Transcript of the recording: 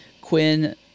Quinn